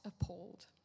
appalled